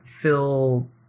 fill